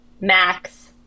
max